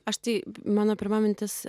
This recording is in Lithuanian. aš tai mano pirma mintis